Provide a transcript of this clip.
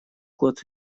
кот